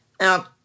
Now